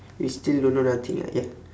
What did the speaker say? we still don't know nothing ah ya